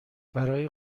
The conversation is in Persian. برای